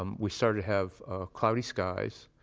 um we started to have cloudy skies,